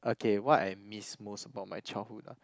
okay what I miss most about my childhood ah